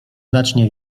znacznie